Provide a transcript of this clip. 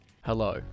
hello